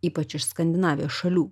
ypač iš skandinavijos šalių